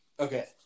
Okay